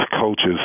coaches